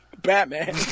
Batman